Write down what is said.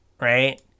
right